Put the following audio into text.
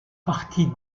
partie